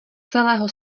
celého